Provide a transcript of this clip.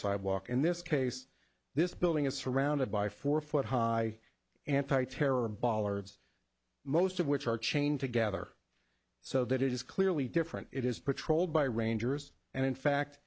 sidewalk in this case this building is surrounded by four foot high anti terror bollards most of which are chained together so that it is clearly different it is patrolled by rangers and in fact